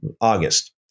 August